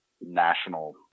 national